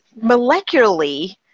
molecularly